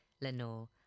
Lenore